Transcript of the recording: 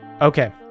Okay